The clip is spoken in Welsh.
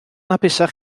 hapusach